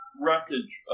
wreckage